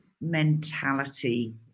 mentality